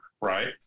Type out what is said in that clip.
right